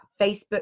Facebook